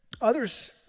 Others